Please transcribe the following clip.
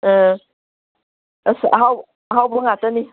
ꯑꯪ ꯑꯁ ꯑꯍꯥꯎꯕ ꯉꯥꯛꯇꯅꯤ